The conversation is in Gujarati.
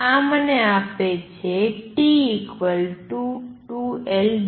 આ મને આપે છે T2Lv